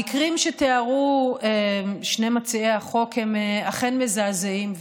המקרים שתיארו שני מציעי החוק הם אכן מזעזעים,